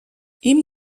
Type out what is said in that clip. ihm